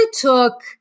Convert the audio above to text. took